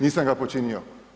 Nisam ga počinio.